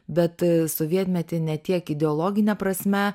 bet sovietmetį ne tiek ideologine prasme